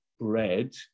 bread